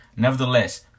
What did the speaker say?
Nevertheless